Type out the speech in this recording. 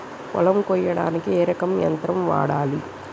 పొలం కొయ్యడానికి ఏ రకం యంత్రం వాడాలి?